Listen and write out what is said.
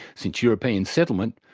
since european settlement,